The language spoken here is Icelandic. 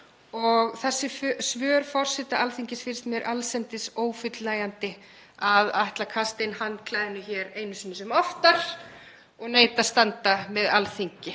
og þessi svör forseta Alþingis finnst mér allsendis ófullnægjandi, að ætla að kasta inn handklæðinu hér einu sinni sem oftar og neita að standa með Alþingi.